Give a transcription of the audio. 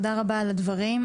תודה רבה על הדברים.